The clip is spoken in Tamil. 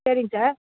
சரிங்க சார்